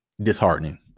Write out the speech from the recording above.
disheartening